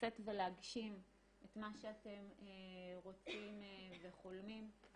לצאת ולהגשים את מה שאתם רוצים וחולמים.